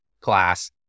class